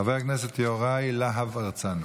חבר הכנסת יוראי להב הרצנו.